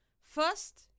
first